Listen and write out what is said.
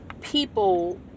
people